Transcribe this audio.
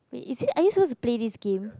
wait is it are we supposed to play this game